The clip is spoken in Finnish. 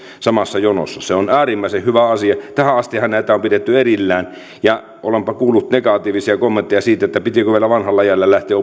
samassa jonossa se on äärimmäisen hyvä asia tähän astihan näitä on pidetty erillään ja olenpa kuullut negatiivisia kommentteja siitä että pitikö vielä vanhalla iällä lähteä